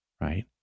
right